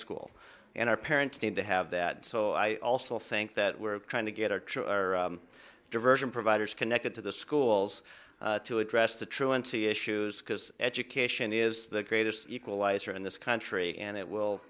school and our parents need to have that so i also think that we're trying to get our to our diversion providers connected to the schools to address the truancy issues because education is the greatest equalizer in this country and it will